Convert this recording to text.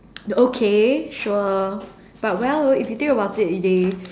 the okay sure but well if you think about it they